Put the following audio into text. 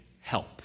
help